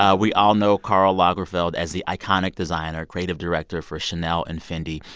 um we all know karl lagerfeld as the iconic designer, creative director for chanel and fendi.